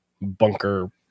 bunker